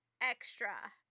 extra